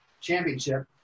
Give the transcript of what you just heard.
Championship